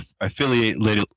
affiliate